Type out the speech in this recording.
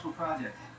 project